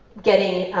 getting,